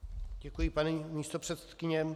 Děkuji, paní místopředsedkyně.